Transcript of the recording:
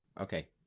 Okay